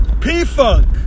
P-Funk